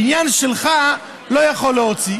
הבניין שלך לא יכול להוציא,